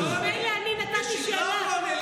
מילא אני נתתי שאלה,